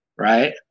Right